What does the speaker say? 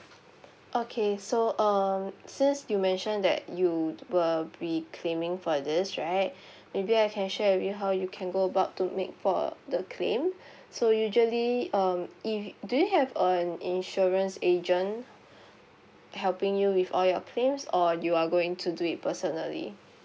okay so um since you mentioned that you will be claiming for this right maybe I can share with you how you can go about to make for the claim so usually um if do you have an insurance agent helping you with all your claims or you are going to do it personally